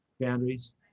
boundaries